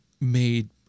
made